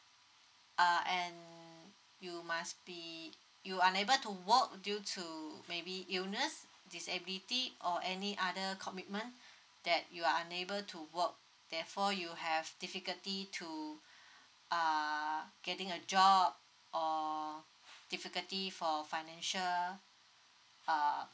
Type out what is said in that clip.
uh and you must be you unable to work due to maybe illness disability or any other commitment that you are unable to work therefore you have difficulty to uh getting a job or difficulty for financial uh